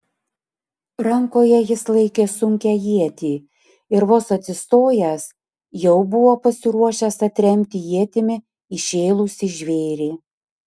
rankoje jis laikė sunkią ietį ir vos atsistojęs jau buvo pasiruošęs atremti ietimi įšėlusį žvėrį